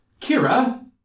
Kira